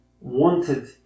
wanted